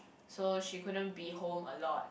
so she couldn't be home a lot